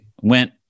went